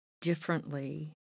differently